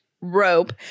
rope